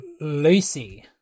Lucy